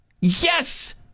Yes